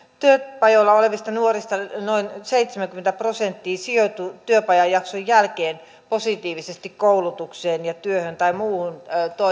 työpajoilla olevista nuorista noin seitsemänkymmentä prosenttia sijoittuu työpajajakson jälkeen positiivisesti koulutukseen ja työhön tai muihin